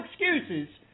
excuses